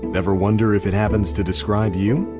ever wonder if it happens to describe you?